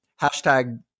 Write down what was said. hashtag